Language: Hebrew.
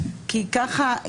כי ככה אנחנו,